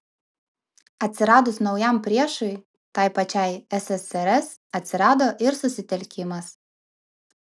atsiradus naujam priešui tai pačiai ssrs atsirado ir susitelkimas